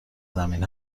زمین